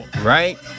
Right